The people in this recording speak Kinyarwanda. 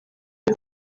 y’u